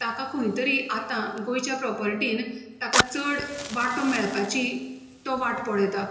ताका खंय तरी आतां गोंयच्या प्रॉपरटीन ताका चड वांटो मेळपाची तो वाट पळयता